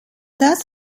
das